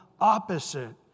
opposite